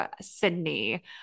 Sydney